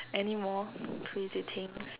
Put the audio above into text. anymore crazy things